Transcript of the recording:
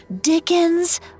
Dickens